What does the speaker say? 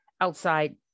outside